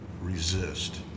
resist